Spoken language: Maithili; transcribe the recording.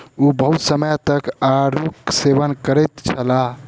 ओ बहुत समय तक आड़ूक सेवन करैत छलाह